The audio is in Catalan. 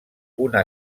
una